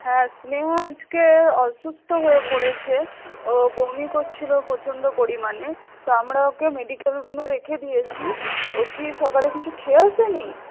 হ্যাঁ স্নেহা আজকের অসুস্থ হয়ে পড়েছে ও বমি করছিল প্রচন্ড পরিমাণে তা আমরা ওকে মেডিকেল রুমে রেখে দিয়েছি ও কি সকালে কিছু খেয়ে আসে নি